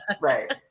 Right